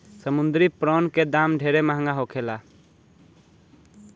समुंद्री प्रोन के दाम ढेरे महंगा होखेला